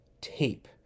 tape